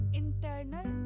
internal